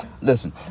Listen